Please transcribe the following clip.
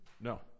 No